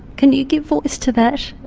can you give voice to that?